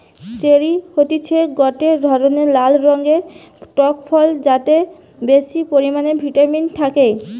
cherry হতিছে গটে ধরণের লাল রঙের টক ফল যাতে বেশি পরিমানে ভিটামিন থাকে